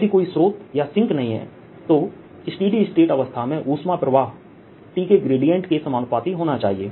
यदि कोई स्रोत या सिंक नहीं है तो स्स्टेडी स्टेटअवस्था में ऊष्मा प्रवाह T के ग्रेडियंट के समानुपाती होना चाहिए